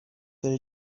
pero